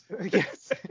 Yes